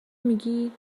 میگی